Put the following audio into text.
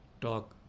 talk